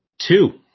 Two